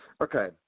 Okay